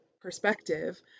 perspective